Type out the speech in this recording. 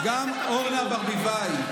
גם אורנה ברביבאי,